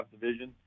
Division